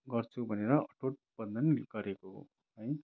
गर्छु भनेर अठोट बन्धन गरेको हो है